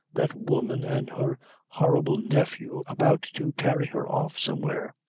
that woman and her horrible nephew, about to carry her off somewhere?